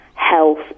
health